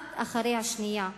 אחת אחרי השנייה,